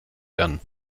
bern